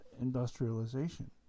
industrialization